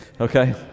okay